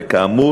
וכאמור,